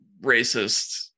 racist